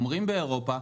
אומרים באירופה,